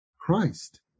Christ